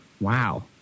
Wow